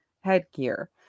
headgear